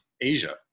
Asia